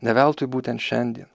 ne veltui būtent šiandien